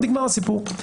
נגמר הסיפור.